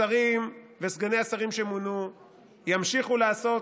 השרים וסגני השרים שמונו ימשיכו לעסוק